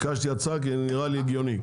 ביקשתי הצעה כי זה נראה לי הגיוני.